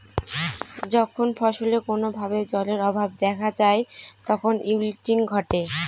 যখন ফসলে কোনো ভাবে জলের অভাব দেখা যায় তখন উইল্টিং ঘটে